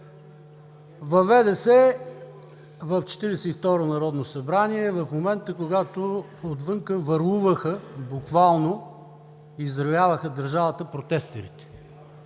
и второто народно събрание в момента, когато отвън върлуваха буквално и взривяваха държавата протестърите,